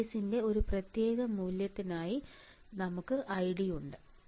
VGS ന്റെ ഒരു പ്രത്യേക മൂല്യത്തിനായി നമുക്ക് ID ഉണ്ട്